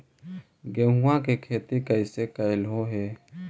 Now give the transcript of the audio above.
गेहूआ के खेती कैसे कैलहो हे?